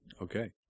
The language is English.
Okay